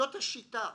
זו השיטה.